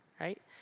right